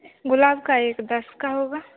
गुलाब का एक दस का होगा